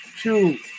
Two